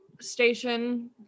station